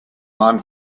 man